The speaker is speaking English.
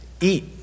eat